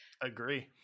Agree